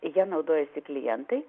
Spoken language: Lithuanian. ja naudojasi klientai